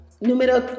Número